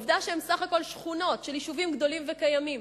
העובדה שהם בסך הכול שכונות של יישובים גדולים וקיימים,